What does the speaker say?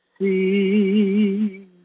see